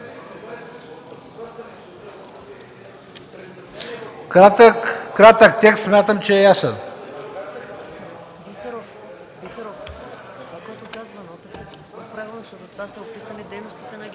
Кратък текст, смятам, че е ясен.